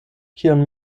kion